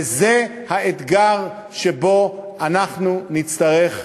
וזה האתגר שבו אנחנו נצטרך לעמוד.